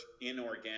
inorganic